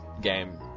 game